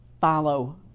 follow